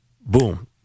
Boom